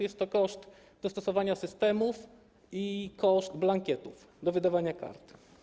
Jest to koszt dostosowania systemów i koszt blankietów do wydawania kart.